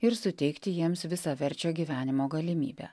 ir suteikti jiems visaverčio gyvenimo galimybę